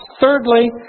Thirdly